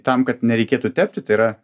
tam kad nereikėtų tepti tai yra